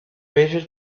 razors